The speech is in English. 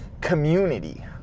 community